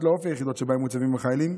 לאופי היחידות שבהן מוצבים החיילים,